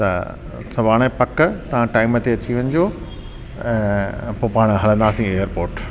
त सुभाणे पकु तव्हां टाइम ते अची वञिजो ऐं पोइ पाण हलंदासीं एअरपोट